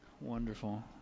Wonderful